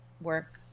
work